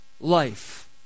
life